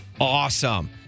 awesome